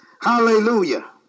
Hallelujah